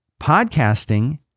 Podcasting